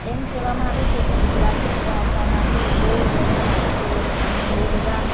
એમ કહેવામાં આવે છે કે ગુજરાતી ભાષામાંથી બહુ બધાં વાક્યો અમે બહુ બધાં